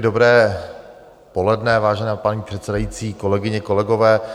Dobré poledne, vážená paní předsedající, kolegyně, kolegové.